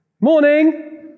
morning